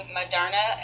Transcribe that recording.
Moderna